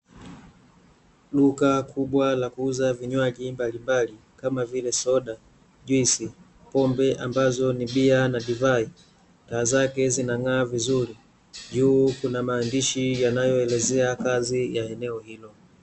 Duka kubwa la kuuza vinywaji mbalimbali, kama vile soda, juisi, pombe ambazo ni bia na divai taa zake zinang'aa vizuri, juu kuna maandishi yanayoelezea kazi ya eneo hilo.